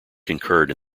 concurred